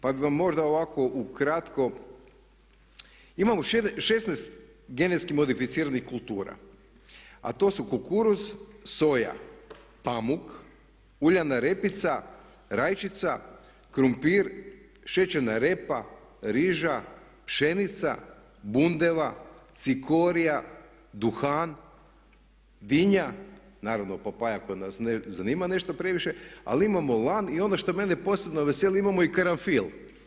Pa bih vam možda ovako ukratko, imamo 16 GMO kultura a to su kukuruz, soja, pamuk, uljana repica, rajčica, krumpir, šećerna repa, riža, pšenica, bundeva, cikoria, duhan, dinja, naravno papaja kod nas ne zanima nešto previše, ali imamo lan i ono što mene posebno veseli imamo i karanfil.